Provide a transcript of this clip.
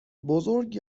بزرگ